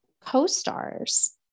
co-stars